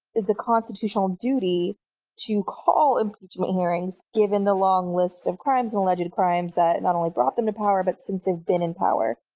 it's a constitutional duty to call impeachment hearings given the long list of crimes and alleged crimes that not only brought them to power, but since they've been in power,